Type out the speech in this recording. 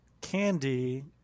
candy